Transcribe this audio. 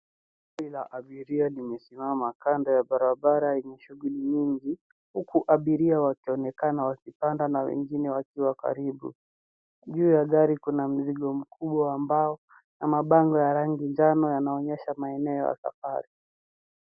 Gari la abiria limesimama kando ya barabara yenye shughuli nyingi huku abiria wakionekana wakipanda na wengine wakiwa karibu. Juu ya gari kuna mzigo mkubwa wa mbao na mabango ya rangi njano yanaonyesha maeneo ya safari.